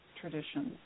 traditions